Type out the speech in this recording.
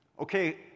Okay